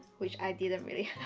which i didn't really